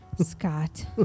Scott